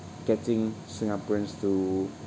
getting singaporeans to